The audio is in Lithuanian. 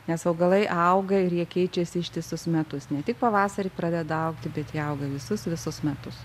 nes augalai auga ir jie keičiasi ištisus metus ne tik pavasarį pradeda augti bet jie auga visus visus metus